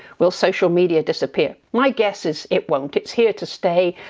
will social media disappear? my guess is it won't. it's here to stay.